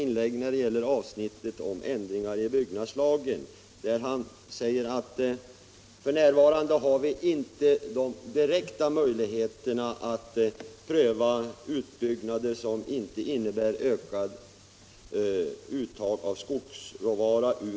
När det gäller frågan om ändringar i byggnadslagen sade industriministern att man f.n. inte har några direkta möjligheter att ur regionalpolitisk synpunkt pröva utbyggnader som inte medför ökat uttag av skogsråvara.